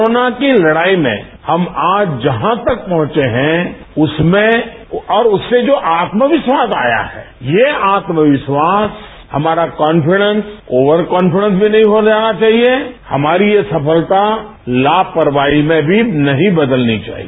corona की लड़ाई में हम आज जहां तक पहुंचे हैं उसमें और उससे जो आत्मविश्वास आया है ये आत्मविश्घ्वास हमारा कॉन्फिडेंस ऑवर कॉन्फिडेंस भी नहीं हो जाना चाहिए हमारी ये सफलता लापरवाही में भी नहीं बदलनी चाहिए